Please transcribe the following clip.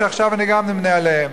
שעכשיו אני גם נמנה גם עליהם.